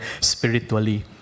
spiritually